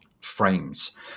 frames